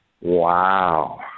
Wow